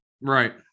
Right